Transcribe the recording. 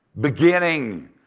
beginning